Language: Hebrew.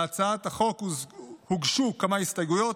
להצעת החוק הוגשו כמה הסתייגויות.